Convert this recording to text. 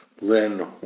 Lynn